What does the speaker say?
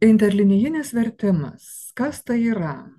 interlinijinės vertimas kas tai yra